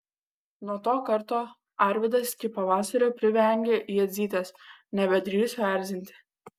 nuo to karto arvydas iki pavasario privengė jadzytės nebedrįso erzinti